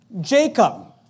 Jacob